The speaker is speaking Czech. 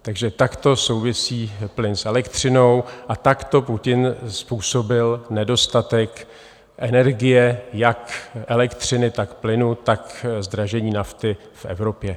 Takže takto souvisí plyn s elektřinou a takto Putin způsobil nedostatek energie jak elektřiny, tak plynu, tak zdražení nafty v Evropě.